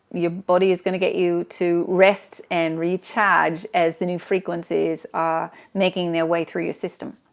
your body is going to get you to rest and recharge as the new frequencies are making their way through your system.